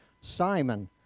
Simon